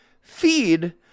feed